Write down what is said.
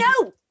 no